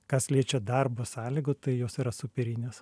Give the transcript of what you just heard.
kas liečia darbo sąlygų tai jos yra superinės